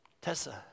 Tessa